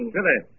Billy